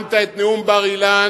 כשנאמת את נאום בר-אילן